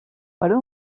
per